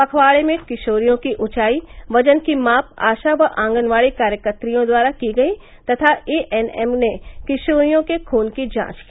पखवाड़े में किशोरियों की ऊंचाई वजन की माप आशा व आंगनबाड़ी कार्यकत्रियों द्वारा की गई तथा एएनएम ने किशोरियों के खून की जांच की